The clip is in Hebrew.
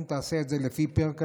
אם תעשה את באופן כזה,